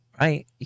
right